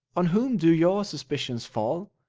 on whom do your suspicions fall?